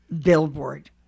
billboard